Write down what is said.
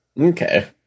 Okay